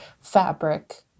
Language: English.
fabric